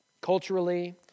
culturally